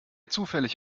zufällig